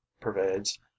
pervades